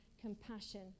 compassion